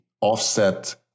offset